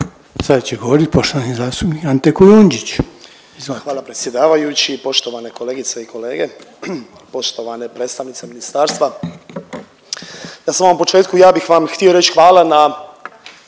izvolite. **Kujundžić, Ante (MOST)** Hvala predsjedavajući, poštovane kolegice i kolege, poštovane predstavnice ministarstva. Na samom početku ja bih vam htio reć hvala na